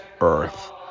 earth